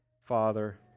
father